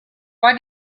why